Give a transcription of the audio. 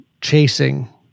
chasing